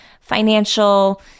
financial